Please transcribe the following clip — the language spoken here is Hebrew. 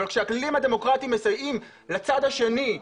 אבל כאשר הכללים הדמוקרטיים מסייעים לצד השני,